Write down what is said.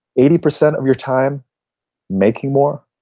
eighty percent of your time making more,